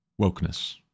wokeness